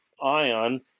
ion